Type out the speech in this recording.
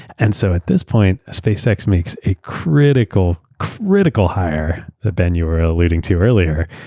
and so at this point, spacex makes a critical, critical hire that, ben, you're leading to earlier.